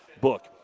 book